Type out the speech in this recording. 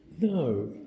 No